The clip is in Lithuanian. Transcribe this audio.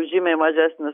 žymiai mažesnis